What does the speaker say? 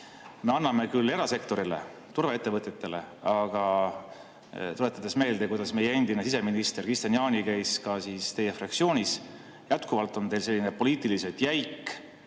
Me anname küll erasektorile, turvaettevõtetele. Aga tuletades meelde, kuidas meie endine siseminister Kristian Jaani käis ka teie fraktsioonis – jätkuvalt on teil selline poliitiliselt jäik